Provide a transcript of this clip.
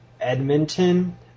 Edmonton